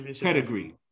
pedigree